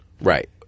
right